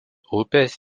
upės